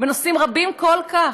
בנושאים רבים כל כך.